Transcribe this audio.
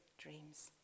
dreams